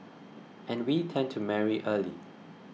and we tend to marry early